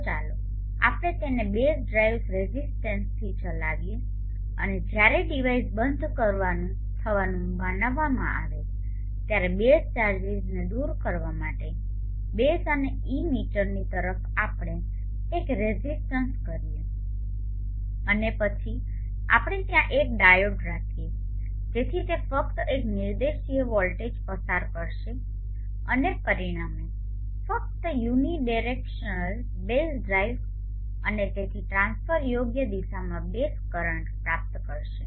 તો ચાલો આપણે તેને બેઝ ડ્રાઇવ રેઝિસ્ટન્સથી ચલાવીએ અને જ્યારે ડિવાઇસ બંધ કરવુ થવાનું માનવામાં આવે છે ત્યારે બેઝ ચાર્જિસને દૂર કરવા માટે બેઝ અને ઇમીટરની તરફ આપણે એક રેઝિસ્ટન્સ કરીએ અને પછી આપણે ત્યાં એક ડાયોડ રાખીએ જેથી તે ફક્ત એક નિર્દેશીય વોલ્ટેજ પસાર કરશે અને પરિણામે ફક્ત યુનિડેરેક્શનલ બેઝ ડ્રાઇવ અને તેથી ટ્રાન્સફર યોગ્ય દિશામાં બેઝ કરંટ પ્રાપ્ત કરશે